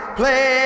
play